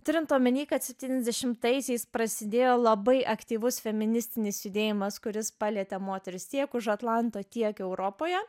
turint omeny kad septyniasdešimtaisiais prasidėjo labai aktyvus feministinis judėjimas kuris palietė moteris tiek už atlanto tiek europoje